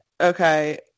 okay